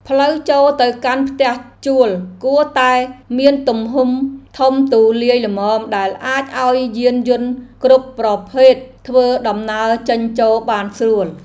ផ្លូវចូលទៅកាន់ផ្ទះជួលគួរតែមានទំហំធំទូលាយល្មមដែលអាចឱ្យយានយន្តគ្រប់ប្រភេទធ្វើដំណើរចេញចូលបានស្រួល។